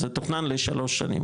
זה תוכנן לשלוש שנים,